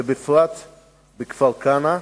ובפרט בכפר-כנא,